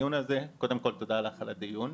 תודה לך על הדיון,